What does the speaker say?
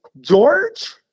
George